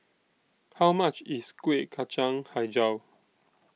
How much IS Kueh Kacang Hijau